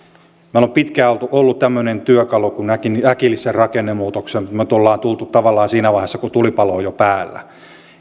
meillä on pitkään ollut tämmöinen työkalu äkilliseen rakennemuutokseen niin me olemme tulleet tavallaan siinä vaiheessa kun tulipalo on jo päällä